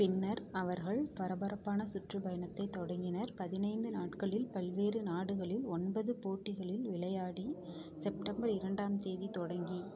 பின்னர் அவர்கள் பரபரப்பான சுற்றுப்பயணத்தைத் தொடங்கினர் பதினைந்து நாட்களில் பல்வேறு நாடுகளில் ஒன்பது போட்டிகளில் விளையாடி செப்டம்பர் இரண்டாம் தேதி தொடங்கி